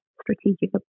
strategic